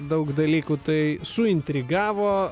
daug dalykų tai suintrigavo